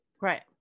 Right